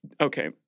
Okay